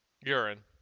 urine